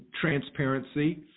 transparency